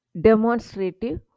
demonstrative